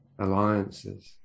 alliances